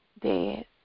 dead